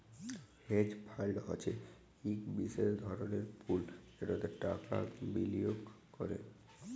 hedge fund হছে ইক বিশেষ ধরলের পুল যেটতে টাকা বিলিয়গ ক্যরে